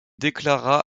déclara